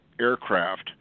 Aircraft